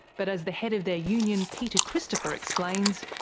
but as the head of their union peter christopher explains,